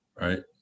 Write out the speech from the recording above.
right